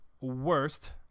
worst